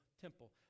temple